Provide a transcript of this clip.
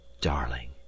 darling